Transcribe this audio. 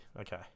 Okay